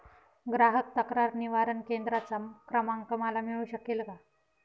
ग्राहक तक्रार निवारण केंद्राचा क्रमांक मला मिळू शकेल का?